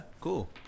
Cool